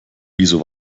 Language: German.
wieso